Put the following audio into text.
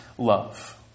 Love